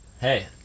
hey